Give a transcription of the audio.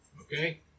Okay